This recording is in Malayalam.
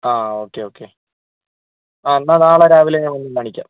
ആ ഓക്കെ ഓക്കെ ആ എന്നാൽ നാളെ രാവിലെ ഞാൻ വന്ന് കാണിക്കാം